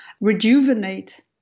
rejuvenate